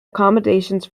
accommodations